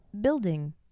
building